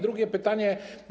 Drugie pytanie.